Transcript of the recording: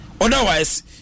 Otherwise